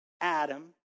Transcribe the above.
Adam